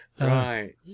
Right